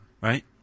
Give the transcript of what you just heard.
Right